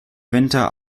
winter